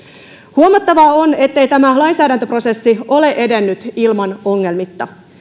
huomattavaa on ettei tämä lainsäädäntöprosessi ole edennyt ilman ongelmia